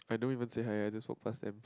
I don't even say hi I just walk pass them